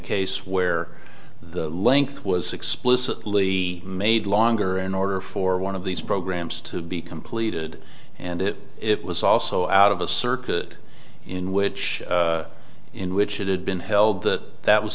case where the length was explicitly made longer in order for one of these programs to be completed and it it was also out of a circuit in which in which it had been held that that was